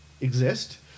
exist